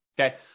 Okay